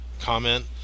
comment